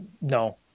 No